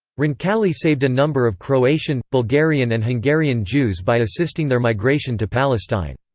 roncalli saved a number of croatian, bulgarian and hungarian jews by assisting their migration to palestine.